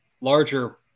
larger